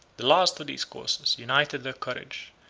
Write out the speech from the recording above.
the last of these causes united their courage,